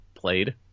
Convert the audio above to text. played